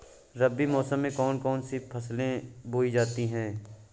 रबी मौसम में कौन कौन सी फसलें बोई जाती हैं?